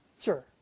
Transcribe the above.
sure